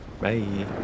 Bye